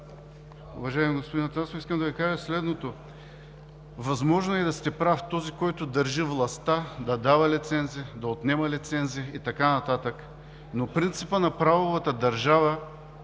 възможно е да сте прав. Този, който държи властта – да дава лицензи, да отнема лицензи и така нататък, но принципът на правовата държава